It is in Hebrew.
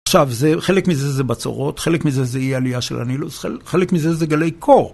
עכשיו, חלק מזה זה בצורות, חלק מזה זה אי עלייה של הנילוס, חלק מזה זה גלי קור.